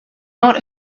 not